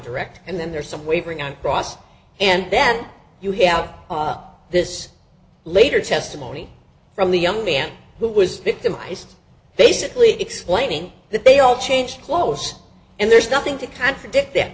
direct and then there's some wavering on cross and then you have this later testimony from the young man who was victimized basically explaining that they all changed clothes and there's nothing to contradict that